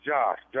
Josh